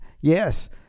Yes